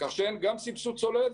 כך --- גם סבסוד צולב,